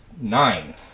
Nine